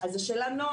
אחרי התיקון של 2015,